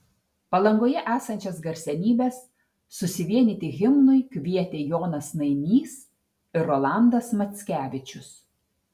palangoje esančias garsenybes susivienyti himnui kvietė jonas nainys ir rolandas mackevičius